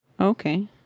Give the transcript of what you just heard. okay